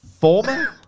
former